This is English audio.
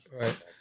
right